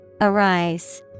Arise